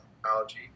technology